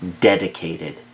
dedicated